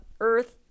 earth